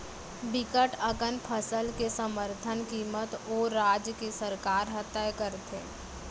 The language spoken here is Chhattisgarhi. बिकट अकन फसल के समरथन कीमत ओ राज के सरकार ह तय करथे